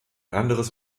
anderes